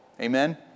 Amen